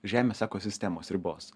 žemės ekosistemos ribos